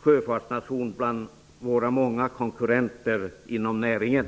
sjöfartsnation bland konkurrenterna inom näringen.